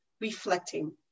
reflecting